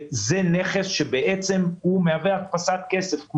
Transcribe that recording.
זה נכס שמהווה הדפסת כסף,